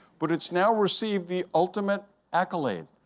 but it's now received the ultimate accolade.